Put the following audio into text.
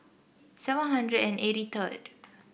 seven hundred and eighty third